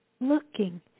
looking